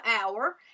hour